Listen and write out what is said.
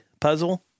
puzzle